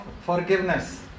forgiveness